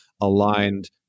aligned